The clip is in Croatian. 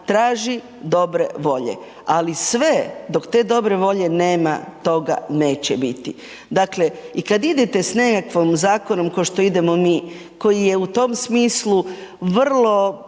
traži dobre volje ali sve dok te dobre volje nema, toga neće biti. Dakle i kad idete s nekakvim zakonom ko što idemo mi, koji je u tom smislu vrlo